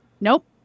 nope